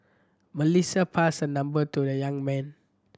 Melissa passed her number to the young man